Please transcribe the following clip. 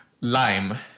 Lime